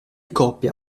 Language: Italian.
copia